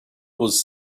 was